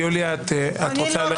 יוליה, רוצה?